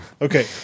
Okay